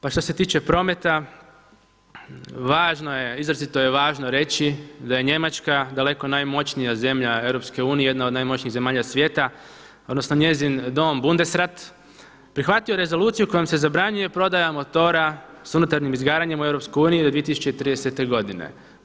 Pa što se tiče prometa važno je, izrazito je važno reći da je Njemačka daleko najmoćnija zemlja EU, jedna od najmoćnijih zemalja svijeta, odnosno njezin dom Bundesrat prihvatio rezoluciju kojom se zabranjuje prodaja motora sa unutarnjim izgaranjem u EU do 2030. godine.